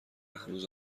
هنوز